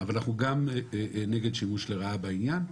אבל אנחנו גם נגד שימוש לרעה בעניין.